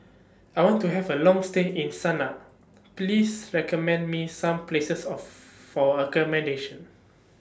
I want to Have A Long stay in Sanaa Please recommend Me Some Places of For accommodation